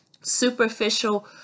superficial